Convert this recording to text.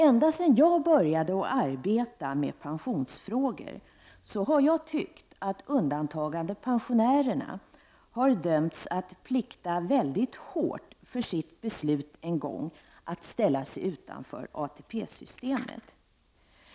Ända sedan jag började att arbeta med pensionsfrågor har jag tyckt att undantagandepensionärerna har dömts att plikta hårt för sitt beslut att en gång ställa sig utanför ATP-systemet.